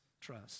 trust